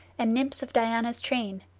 and nymphs of diana's train.